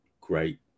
great